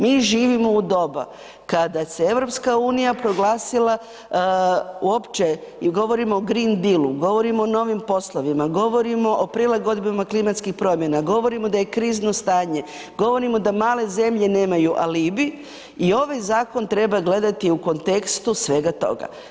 Mi živimo u doba kada se EU proglasila uopće i govorimo o green dealu, govorimo o novim poslovima, govorimo o prilagodbama klimatskih promjena, govorimo da je krizno stanje, govorimo da male zemlje nemaju alibi i ovaj zakon treba gledati u kontekstu svega toga.